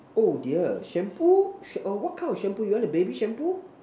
oh dear shampoo sh~ err what kind of shampoo you want the baby shampoo